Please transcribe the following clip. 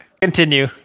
continue